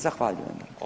Zahvaljujem.